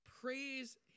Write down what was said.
Praise